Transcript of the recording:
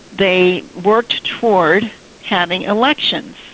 they worked towards having elections.